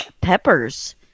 Peppers